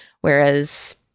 whereas